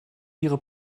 ihre